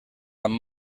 amb